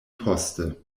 poste